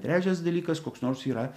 trečias dalykas koks nors yra